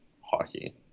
hockey